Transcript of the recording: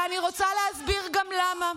ואני רוצה גם להסביר למה.